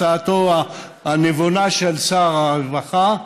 הצעתו הנבונה של שר הרווחה הייתה: